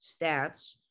stats